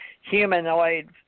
humanoid